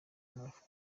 north